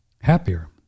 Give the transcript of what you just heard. happier